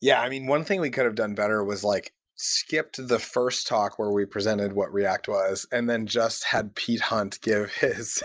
yeah, one thing we could have done better was like skip to the first talk where we presented what react was and then just have pete hunt give his